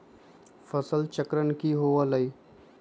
फसल चक्रण की हुआ लाई?